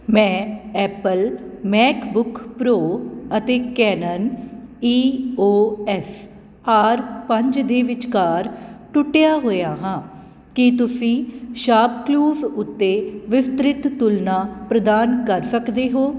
ਮੈਂ Apple MacBook Pro ਅਤੇ Canon E O S R ਪੰਜ ਦੇ ਵਿਚਕਾਰ ਟੁੱਟਿਆ ਹੋਇਆ ਹਾਂ ਕੀ ਤੁਸੀਂ ਸ਼ਾਪ ਕਲੂਜ਼ ਉੱਤੇ ਵਿਸਤ੍ਰਿਤ ਤੁਲਨਾ ਪ੍ਰਦਾਨ ਕਰ ਸਕਦੇ ਹੋ